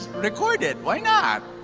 record it, why not?